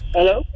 Hello